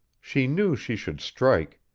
she knew she should strike,